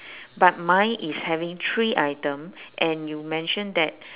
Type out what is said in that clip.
but mine is having three item and you mention that